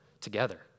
together